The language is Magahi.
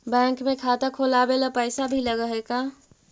बैंक में खाता खोलाबे ल पैसा भी लग है का?